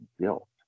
built